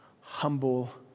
humble